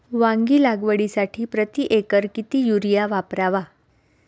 वांगी लागवडीसाठी प्रति एकर किती युरिया वापरावा?